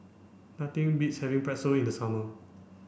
nothing beats having Pretzel in the summer